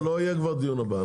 לא, לא יהיה כבר דיון הבא.